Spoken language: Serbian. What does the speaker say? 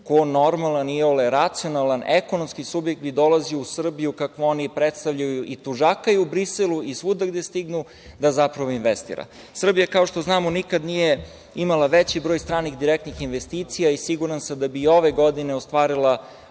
koji normalan, iole racionalan, ekonomski subjekt bi dolazio u Srbiju kakvu oni predstavljaju i tužakaju Briselu i svuda gde stignu, da zapravo investira? Srbija, kao što znamo, nikad nije imala veći broj stranih direktnih investicija i siguran sam da bi i ove godine ostvarila